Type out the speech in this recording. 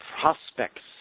prospects